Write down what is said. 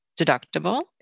deductible